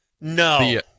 No